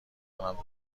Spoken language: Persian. کنم